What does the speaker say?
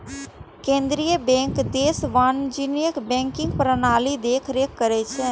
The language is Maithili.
केंद्रीय बैंक देशक वाणिज्यिक बैंकिंग प्रणालीक देखरेख करै छै